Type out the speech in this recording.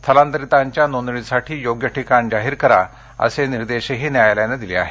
स्थलांतरितांच्या नोंदणीसाठी योग्य ठिकाण जाहीर करा असे निर्देशही न्यायालयानं दिले आहेत